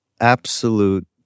absolute